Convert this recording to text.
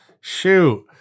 Shoot